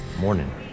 morning